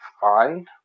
fine